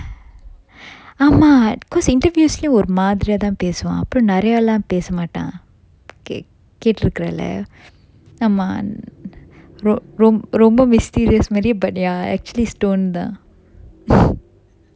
ஆமா:aama cause interview லயும் ஒரு மாதிரியா தான் பேசுவான் அப்புறம் நெறயலாம் பேசமாட்டான்:oru madiriya thaan pesuvan appuram nerayalam pesamattan okay கேட்டிருக்குறல ஆமா ரொம்ப:kettirukkurala aama romba mysterious மாறி:mari but ya actually stone தான்:thaan